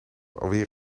alweer